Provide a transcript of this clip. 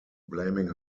blaming